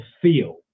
feel